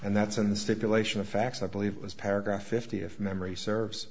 and that's in the stipulation of facts i believe it was paragraph fifty if memory serves